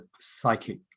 psychic